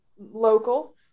local